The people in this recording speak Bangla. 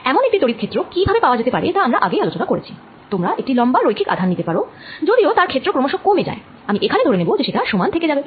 এমন একটি তড়িৎ ক্ষেত্র কি ভাবে পাওয়া যেতে পারে তা আমরা আগেই আলোচনা করেছি তোমরা একটি লম্বা রৈখিক আধান নিতে পারো যদিও তার ক্ষেত্র ক্রমশ কমে যায় আমি এখানে ধরে নেব যে সেটা সমান থেকে যাবে